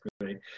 great